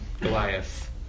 Goliath